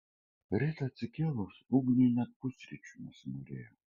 rytą atsikėlus ugniui net pusryčių nesinorėjo